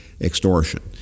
extortion